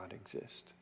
exist